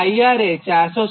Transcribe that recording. IR એ 437